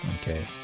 okay